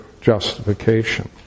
justification